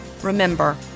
Remember